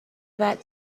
that